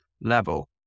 level